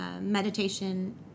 meditation